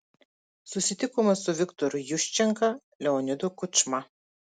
susitikome su viktoru juščenka leonidu kučma